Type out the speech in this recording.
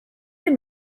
been